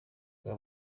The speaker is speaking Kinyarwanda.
bwa